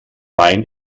wein